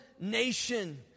nation